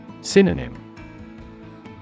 Synonym